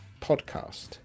podcast